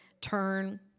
turn